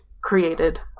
created